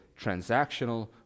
transactional